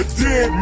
dead